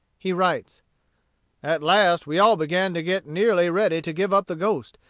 he writes at last we all began to get nearly ready to give up the ghost,